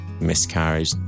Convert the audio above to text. miscarriage